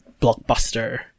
blockbuster